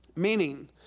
Meaning